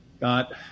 got